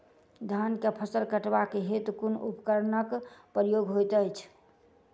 धान केँ फसल कटवा केँ हेतु कुन उपकरणक प्रयोग होइत अछि?